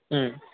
മ്